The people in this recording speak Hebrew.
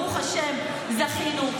ברוך השם, זכינו.